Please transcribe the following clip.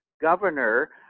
governor